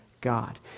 God